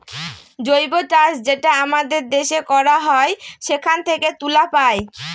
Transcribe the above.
জৈব চাষ যেটা আমাদের দেশে করা হয় সেখান থেকে তুলা পায়